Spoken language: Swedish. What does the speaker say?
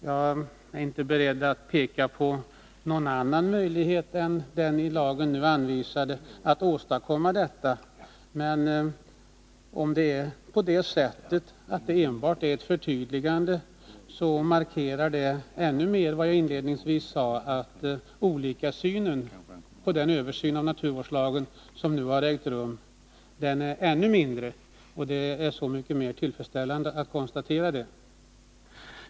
Jag är inte beredd att peka på någon annan möjlighet än den i lagen nu anvisade för att åstadkomma detta, men om det enbart är fråga om ett förtydligande markerar detta ytterligare vad jag inledningsvis sade i fråga om skillnaden i synsätt när det gäller den översyn som genomförts, en skillnad som därmed framstår som ännu mindre, och det är så mycket mer tillfredsställande att kunna konstatera detta.